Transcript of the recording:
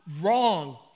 wrong